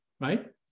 right